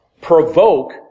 provoke